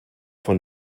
von